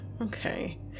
okay